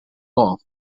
law